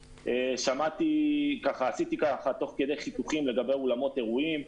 עשיתי תוך כדי פילוח נתונים לגבי אולמות אירועים.